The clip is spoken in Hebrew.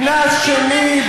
קנס שני,